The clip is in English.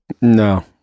No